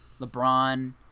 LeBron